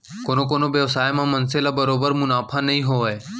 कोनो कोनो बेवसाय म मनसे ल बरोबर मुनाफा नइ होवय